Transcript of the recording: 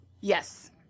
Yes